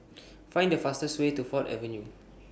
Find The fastest Way to Ford Avenue